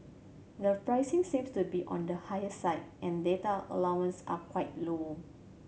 the pricing seems to be on the higher side and data allowances are quite low